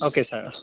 okay sir